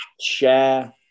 share